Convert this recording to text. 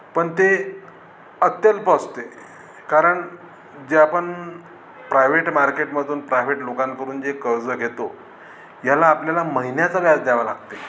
पण ते अत्यल्प असते कारण जे आपण प्रायव्हेट मार्केटमधून प्रायव्हेट लोकांकडून जे कर्ज घेतो ह्याला आपल्याला महिन्याचं व्याज द्यावं लागते